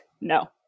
no